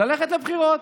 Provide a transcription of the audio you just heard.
ללכת לבחירות.